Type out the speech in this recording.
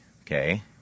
okay